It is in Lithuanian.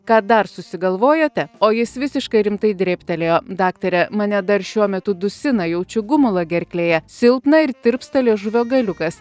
ką dar susigalvojote o jis visiškai rimtai drėbtelėjo daktare mane dar šiuo metu dusina jaučiu gumulą gerklėje silpna ir tirpsta liežuvio galiukas